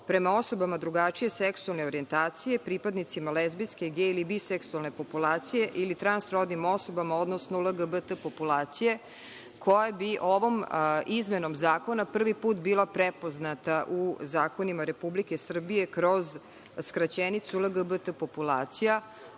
prema osobama drugačije seksualne orijentacije, pripadnicima lezbijske, gej ili biseksualne populacije ili transrodnim osobama, odnosno LGBT populacije, koja bi ovom izmenom zakona prvi put bila prepoznata u zakonima Republike Srbije kroz skraćenicu LGBT populacija. Potpuno